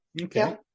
Okay